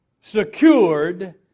secured